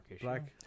Black